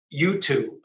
YouTube